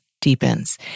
deepens